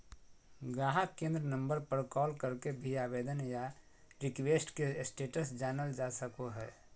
गाहक केंद्र नम्बर पर कॉल करके भी आवेदन या रिक्वेस्ट के स्टेटस जानल जा सको हय